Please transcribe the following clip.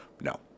no